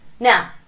Now